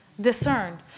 discerned